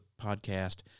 podcast